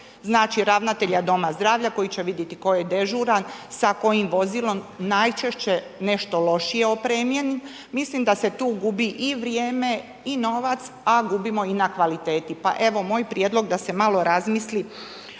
znači ravnatelja doma zdravlja koji će vidjeti tko je dežuran, sa kojim vozilom najčešće nešto lošije opremljenim. Mislim da se tu gubi i vrijeme i novac a gubimo i na kvaliteti pa evo moj prijedlog da se malo razmisli